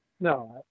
no